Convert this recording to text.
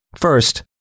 First